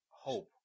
hope